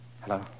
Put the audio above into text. Hello